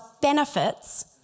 benefits